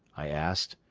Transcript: i asked.